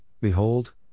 behold